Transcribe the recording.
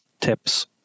tips